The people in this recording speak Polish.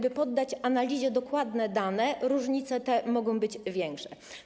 Jeżeli poddamy analizie dokładne dane, różnice te mogą być większe.